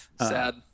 Sad